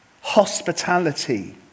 hospitality